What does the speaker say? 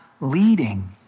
leading